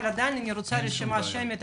אבל עדיין אני רוצה רשימה שמית,